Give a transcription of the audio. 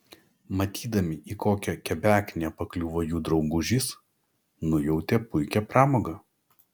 matydami į kokią kebeknę pakliuvo jų draugužis nujautė puikią pramogą